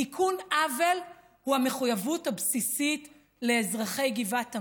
תיקון העוול הוא המחויבות הבסיסית לאזרחי גבעת עמל,